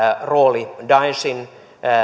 rooli daeshin